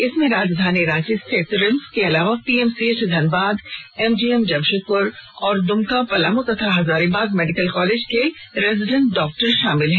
इसमें राजधानी रांची स्थित रिम्स के अलावा पीएमसीएच धनबाद एमजीएम जमशेदपुर और द्मका पलामू तथा हजारीबाग मेडिकल कॉलेज के रेजिडेंट डॉक्टर शामिल हैं